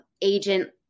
agent